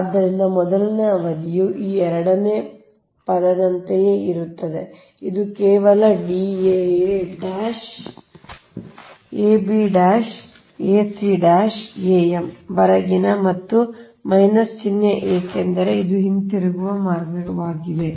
ಆದ್ದರಿಂದ ಮೊದಲ ಅವಧಿಯು ಈ ಎರಡನೆಯ ಪದದಂತೆಯೇ ಇರುತ್ತದೆ ಇದು ಕೇವಲ D aa ab ac am ವರೆಗಿನ ಮತ್ತು ಮೈನಸ್ ಚಿಹ್ನೆ ಏಕೆಂದರೆ ಇದು ಹಿಂತಿರುಗುವ ಮಾರ್ಗವಾಗಿದೆ